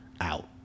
out